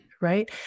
right